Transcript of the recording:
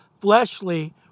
fleshly